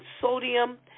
sodium